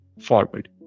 forward